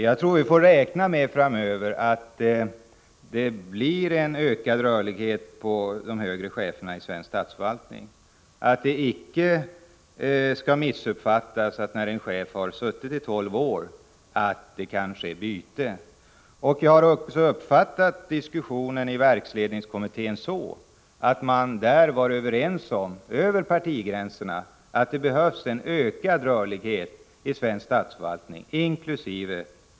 Jag tror att vi framöver får räkna med att det blir en ökad rörlighet bland de högre cheferna inom svensk statsförvaltning. Det skall icke missuppfattas att det, när en chef har suttit i tolv år, behövs byte. Jag har också uppfattat diskussionen i verksledningskommittén så att man där var överens över partigränserna om att det behövs en ökad rörlighet i svensk statsförvaltning, inkl.